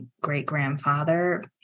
great-grandfather